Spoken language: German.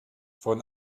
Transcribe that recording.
von